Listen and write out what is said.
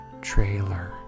trailer